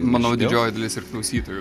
manau didžioji dalis ir klausytojų